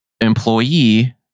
employee